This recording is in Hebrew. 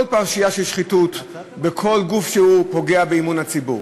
כל פרשייה של שחיתות בכל גוף שהוא פוגעת באמון הציבור.